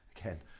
Again